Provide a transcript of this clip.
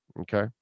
Okay